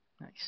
Nice